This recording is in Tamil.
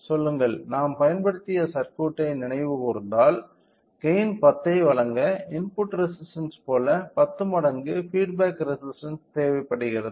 சொல்லுங்கள் நாம் பயன்படுத்திய சர்க்யூட்டை நினைவுகூர்ந்தால் கெய்ன் 10 ஐ வழங்க இன்புட் ரெசிஸ்டன்ஸ் போல 10 மடங்கு பீட் பேக் ரெசிஸ்டன்ஸ் தேவைப்படுகிறது